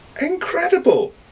Incredible